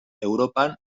europan